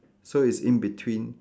so it's in between